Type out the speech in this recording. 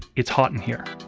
it's hot in here.